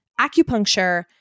acupuncture